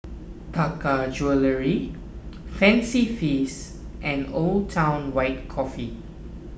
Taka Jewelry Fancy Feast and Old Town White Coffee